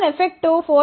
4 effective 4